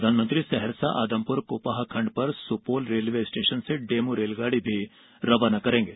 प्रधानमंत्री सहरसा आदमपुर कुपाहा खंड पर सुपोल रेलवे स्टेशन से डेमू रेलगाड़ी भी रवाना करेंगे